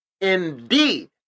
indeed